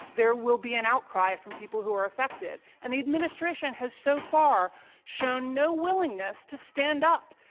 there will be an outcry from people who are affected. and the administration has so far shown no willingness to stand up.